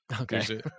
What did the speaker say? Okay